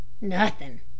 Nothing